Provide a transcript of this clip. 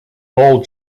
ball